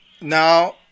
now